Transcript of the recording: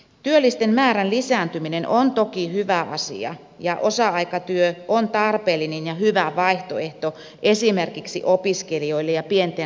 työllisten määrän lisääntyminen on toki hyvä asia ja osa aikatyö on tarpeellinen ja hyvä vaihtoehto esimerkiksi opiskelijoille ja pienten lasten vanhemmille